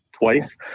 twice